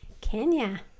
Kenya